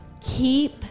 Keep